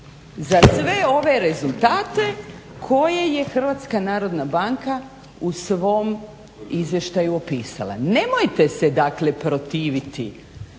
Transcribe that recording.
za sve ove rezultate koje je HNB u svom izvještaju propisala. Nemojte se dakle protiviti